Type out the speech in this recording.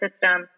system